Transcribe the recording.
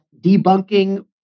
debunking